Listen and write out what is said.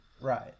Right